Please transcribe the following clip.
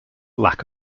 lack